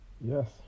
Yes